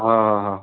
हो हो हो